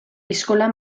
eskola